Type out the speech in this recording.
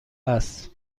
است